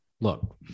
look